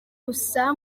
gusa